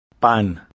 Pan